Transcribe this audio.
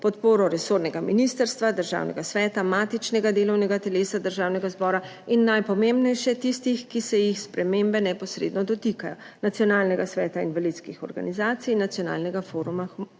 podporo resornega ministrstva, Državnega sveta, matičnega delovnega telesa Državnega zbora in najpomembnejše, tistih, ki se jih spremembe neposredno dotikajo – Nacionalnega sveta invalidskih organizacij in Nacionalnega foruma humanitarnih